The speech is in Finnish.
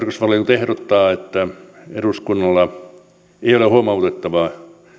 ehdottaa että eduskunnalla ei ole huomautettavaa